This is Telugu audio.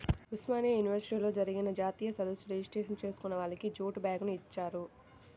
ఉస్మానియా యూనివర్సిటీలో జరిగిన జాతీయ సదస్సు రిజిస్ట్రేషన్ చేసుకున్న వాళ్లకి జూటు బ్యాగుని ఇచ్చారు